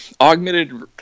augmented